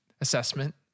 assessment